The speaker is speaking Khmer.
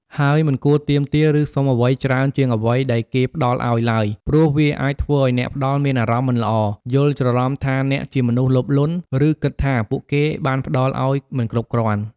ហើយ មិនគួរទាមទារ ឬសុំអ្វីច្រើនជាងអ្វីដែលគេផ្តល់ឲ្យឡើយ ព្រោះវាអាចធ្វើឲ្យអ្នកផ្តល់មានអារម្មណ៍មិនល្អ យល់ច្រឡំថាអ្នកជាមនុស្សលោភលន់ ឬគិតថាពួកគេបានផ្តល់ឲ្យមិនគ្រប់គ្រាន់។